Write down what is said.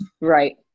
Right